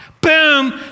Boom